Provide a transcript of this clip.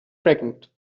pregnant